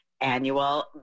annual